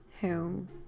home